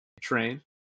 train